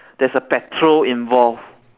there's a petrol involved